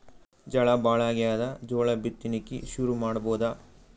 ಝಳಾ ಭಾಳಾಗ್ಯಾದ, ಜೋಳ ಬಿತ್ತಣಿಕಿ ಶುರು ಮಾಡಬೋದ?